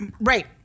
right